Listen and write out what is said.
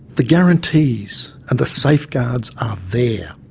the guarantees and the safeguards are there.